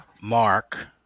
Mark